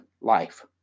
life